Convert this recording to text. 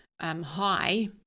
high